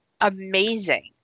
amazing